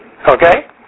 Okay